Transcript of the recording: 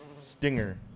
stinger